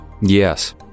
Yes